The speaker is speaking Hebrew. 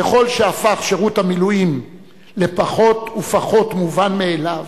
ככל שהפך שירות המילואים לפחות ופחות מובן מאליו,